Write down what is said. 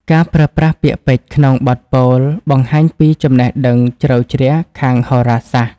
ការប្រើប្រាស់ពាក្យពេចន៍ក្នុងបទពោល បង្ហាញពីចំណេះដឹងជ្រៅជ្រះខាងហោរាសាស្ត្រ។